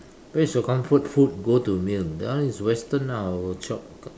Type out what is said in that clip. where's your comfort food go to meal that one is western ah our chop